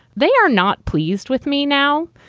they are not pleased with me now.